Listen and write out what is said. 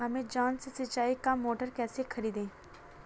Amazon से सिंचाई का मोटर कैसे खरीदें?